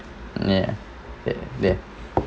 ya that there